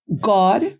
God